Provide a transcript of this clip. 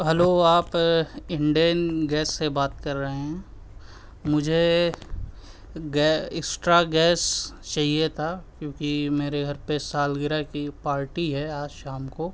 hello آپ Indian gas سے بات کر رہے ہیں مجھے گیس ایکسٹرا گیس چاہیے تھا کیونکہ میرے گھر پہ سال گرہ کی پارٹی ہے آج شام کو